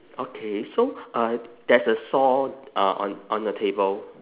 okay so uh there's a saw uh on on the table